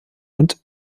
und